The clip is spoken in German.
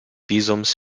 visums